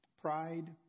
pride